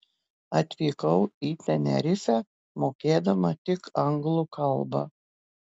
atvykau į tenerifę mokėdama tik anglų kalbą